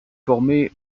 formée